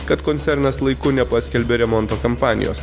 kad koncernas laiku nepaskelbė remonto kampanijos